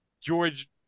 George